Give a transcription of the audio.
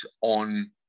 on